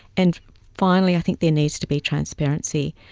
and finally i think there needs to be transparency.